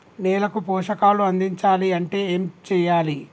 నేలకు పోషకాలు అందించాలి అంటే ఏం చెయ్యాలి?